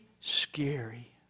scary